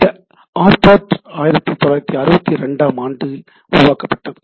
இந்த ஆர்ப்பாநெட் 1962 ஆம் ஆண்டில் உருவாக்கப்பட்டது